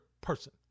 person